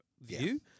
view